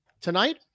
tonight